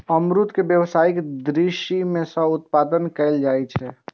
अमरूद के व्यावसायिक दृषि सं उत्पादन कैल जाइ छै